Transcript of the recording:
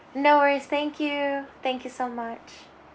no worries thank you thank you so much